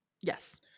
Yes